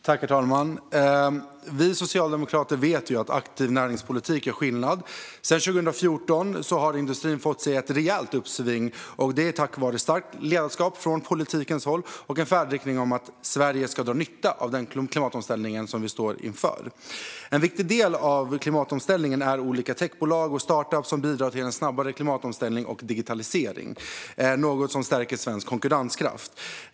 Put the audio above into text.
Herr talman! Vi socialdemokrater vet att aktiv näringspolitik gör skillnad. Sedan 2014 har industrin fått ett rejält uppsving, och det är tack vare starkt ledarskap och färdriktningen att Sverige ska dra nytta av den klimatomställning vi står inför. En viktig del av klimatomställningen är olika techbolag och startups som bidrar till en snabbare klimatomställning och digitalisering, något som stärker svensk konkurrenskraft.